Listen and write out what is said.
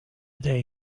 day